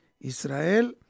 Israel